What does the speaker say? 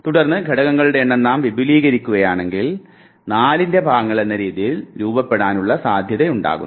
തുടർന്ന് ഘടകങ്ങളുടെ എണ്ണം നാം വിപുലീകരിക്കുന്നുവെങ്കിൽ 4 ൻറെ ഭാഗങ്ങൾ എന്ന രീതിയിൽ രൂപപ്പെടാനുള്ള സാധ്യതയുണ്ടാകുന്നു